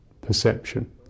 perception